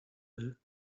eux